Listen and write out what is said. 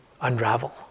unravel